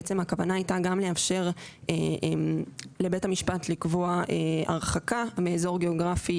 בעצם הכוונה הייתה גם לאפשר לבית המשפט לקבוע הרחקה מאזור גיאוגרפי